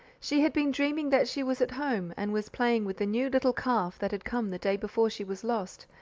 she had been dreaming that she was at home, and was playing with the new little calf that had come the day before she was lost,